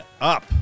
up